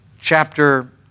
chapter